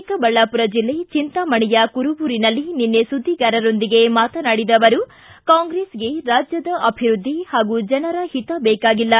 ಚಿಕ್ಕಬಳ್ಳಾಪುರ ಜೆಲ್ಲೆ ಚಿಂತಾಮಣೆಯ ಕುರುಬೂರಿನಲ್ಲಿ ನಿನ್ನೆ ಸುದ್ದಿಗಾರರೊಂದಿಗೆ ಮಾತನಾಡಿದ ಅವರು ಕಾಂಗ್ರೆಸ್ಗೆ ರಾಜ್ಯದ ಅಭಿವೃದ್ಧಿ ಹಾಗೂ ಜನರ ಹಿತ ಬೇಕಾಗಿಲ್ಲ